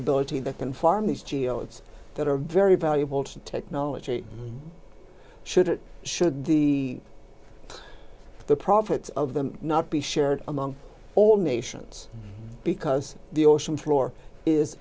ability that can farm these geo it's that are very valuable to technology should it should be the profits of them not be shared among all nations because the ocean floor is